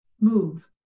move